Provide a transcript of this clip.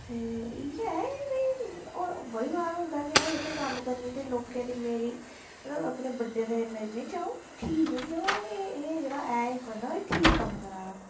ते इयै है कि एह् बड़ी बार होंदा कि आंऊं जित्थै कम्म करनी ते लोकें दी मेरी मतलब अपने बडे दे नजंरे च अऊं ठीक आँ क्योकि एह् जेहड़ा एह् बंदा एह् ठीक कम्म करदा